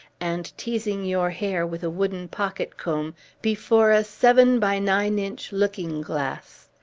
and teasing your hair with a wooden pocket-comb before a seven-by-nine-inch looking-glass.